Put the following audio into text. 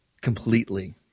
completely